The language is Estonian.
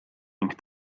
ning